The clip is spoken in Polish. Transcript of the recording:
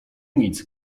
nic